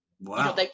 Wow